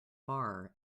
bar